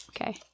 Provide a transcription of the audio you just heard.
Okay